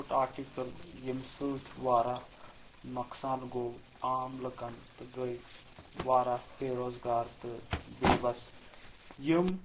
پھُٹ آرٹِکَل ییٚمِہ سۭتۍ وارہاہ نۄقصان گوٚو عام لُکَن تہٕ گٔیے واریاہ بےروزگار تہٕ بےٚبَس یِم